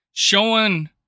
Showing